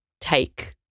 take